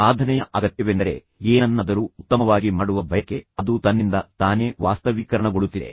ಸಾಧನೆಯ ಅಗತ್ಯವೆಂದರೆ ಏನನ್ನಾದರೂ ಉತ್ತಮವಾಗಿ ಮಾಡುವ ಬಯಕೆ ಅದು ತನ್ನಿಂದ ತಾನೇ ವಾಸ್ತವೀಕರಣಗೊಳ್ಳುತ್ತಿದೆ